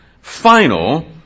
final